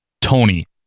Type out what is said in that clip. Tony